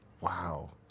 Wow